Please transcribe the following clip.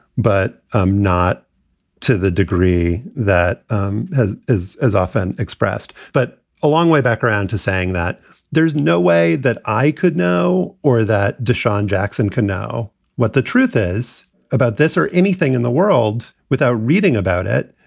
but um not to the degree that um is as often expressed, but a long way back around to saying that there's no way that i could know or that deshawn jackson can know what the truth is about this or anything in the world without reading about it.